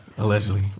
Allegedly